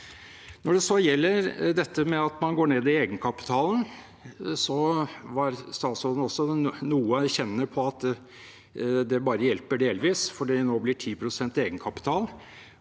Når det så gjelder det at man går ned i egenkapital, var statsråden også noe erkjennende på at det bare hjelper delvis, fordi det nå blir 10 pst. egenkapital